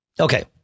Okay